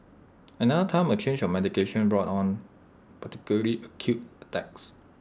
another time A change of medication brought on particularly acute attacks